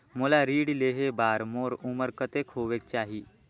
मोला ऋण लेहे बार मोर उमर कतेक होवेक चाही?